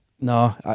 no